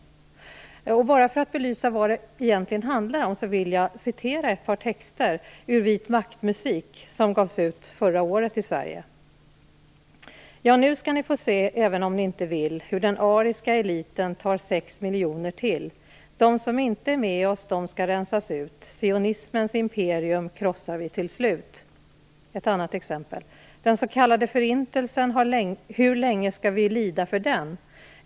För att belysa vad detta egentligen handlar om vill jag återge ett par texter ur Vit makt-musik som gavs ut förra året i Sverige. Ja, nu skall ni få se, även om ni inte vill, hur den ariska eliten tar 6 miljoner till. De som inte är med oss, de skall rensas ut. Sionismens imperium krossar vi till slut. Ett annat exempel: Den s.k. förintelsen - hur länge skall vi lida för den?